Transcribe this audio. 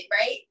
right